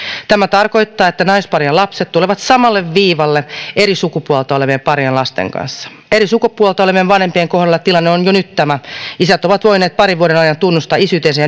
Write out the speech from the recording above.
tämä tarkoittaa että naisparien lapset tulevat samalle viivalle eri sukupuolta olevien parien lasten kanssa eri sukupuolta olevien vanhempien kohdalla tilanne on jo nyt tämä isät ovat voineet parin vuoden ajan tunnustaa isyytensä